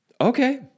Okay